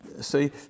See